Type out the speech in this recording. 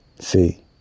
See